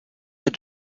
est